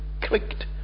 clicked